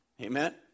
Amen